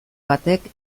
batek